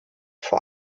vor